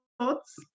thoughts